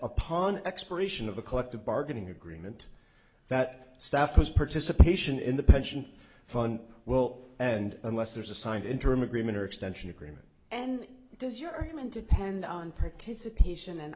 upon expiration of the collective bargaining agreement that staff has participation in the pension fund well and unless there's a signed in term agreement or extension agreement and does you're going to pend on participation an